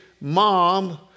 mom